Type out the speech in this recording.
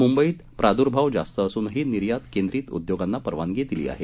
मुंबईत प्रादुर्भाव जास्त असूनही निर्यात केंद्रीत उद्योगांना परवानगी दिली आहे